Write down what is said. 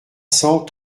cent